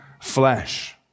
flesh